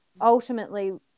ultimately